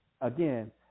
again